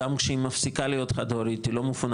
גם כשהיא מפסיקה להיות חד-הורית היא לא מפונה